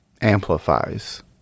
Amplifies